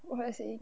what was I saying